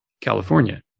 California